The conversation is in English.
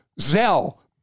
Zell